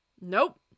Nope